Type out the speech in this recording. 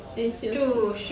then 休息